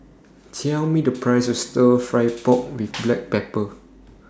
Tell Me The Price of Stir Fry Pork with Black Pepper